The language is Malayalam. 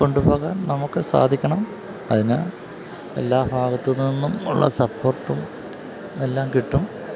കൊണ്ടുപോകാൻ നമുക്ക് സാധിക്കണം അതിന് എല്ലാ ഭാഗത്ത് നിന്നുമുള്ള സപ്പോർട്ടുമെല്ലാം കിട്ടും